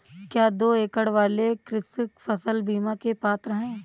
क्या दो एकड़ वाले कृषक फसल बीमा के पात्र हैं?